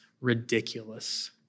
ridiculous